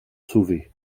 sauvée